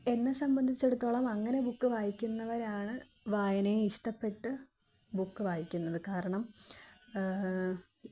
എന്ന സംബന്ധിച്ചിടത്തോളം അങ്ങനെ ബുക്ക് വായിക്കുന്നവരാണ് വായനയെ ഇഷ്ടപ്പെട്ട് ബുക്ക് വായിക്കുന്നതു കാരണം